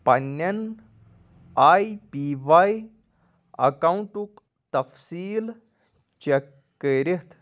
پننیٚن A P Y ایٚکاونٛٹُک تفصیٖل چیٚک کٔرِتھ